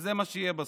שזה מה שיהיה בסוף,